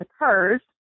occurs